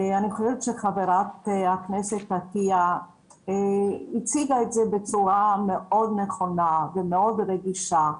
אני חושבת שחברת הכנסת עטיה הציגה את זה בצורה מאוד נכונה ומאוד רגישה.